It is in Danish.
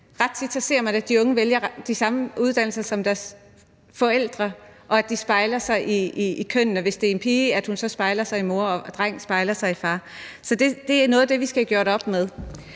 Ret tit ser man, at de unge vælger de samme uddannelser som deres forældre, og at de spejler sig i kønnene, sådan at hvis det er en pige, spejler hun sig i moren, og hvis det er en dreng, spejler han sig i faren. Det er noget af det, vi skal have gjort op med.